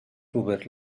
robert